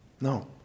No